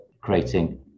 creating